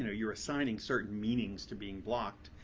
and you're assigning certain meanings to being blocked,